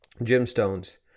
gemstones